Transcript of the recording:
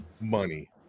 money